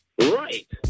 Right